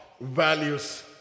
values